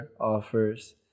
offers